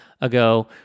ago